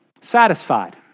Satisfied